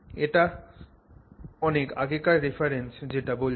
এটা অনেক আগেকার রেফারেন্স যেটা বলছি